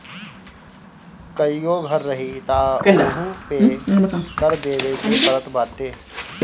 कईगो घर रही तअ ओहू पे कर देवे के पड़त बाटे